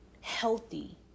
healthy